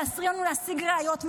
תעזרי לנו לאסוף ראיות.